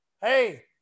Hey